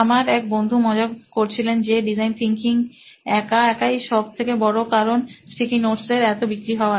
আমার এক বন্ধু মজা করছিলেন যে ডিজাইন থিঙ্কিং একা একাই সব থেকে বড় কারণ স্টিকি নোটস এর এত বিক্রি হওয়ার